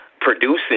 producing